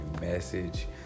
message